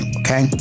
okay